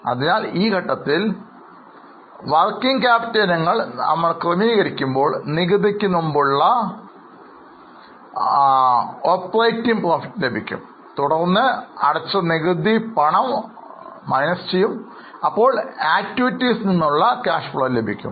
അതിനാൽ ഈ ഘട്ടത്തിൽ പ്രവർത്തനം മൂലധന ഇനങ്ങൾ നമ്മൾ ക്രമീകരിക്കുമ്പോൾ നികുതി ക്ക് മുമ്പുള്ള പ്രവർത്തന ലാഭം ലഭിക്കും തുടർന്ന് അടച്ച നികുതി പണം കുറയ്ക്കും അപ്പോൾ പ്രവർത്തനങ്ങളിൽ നിന്നുള്ള Cash Flow ലഭിക്കും